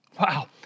Wow